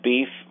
Beef